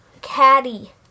Caddy